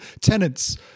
tenants